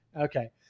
Okay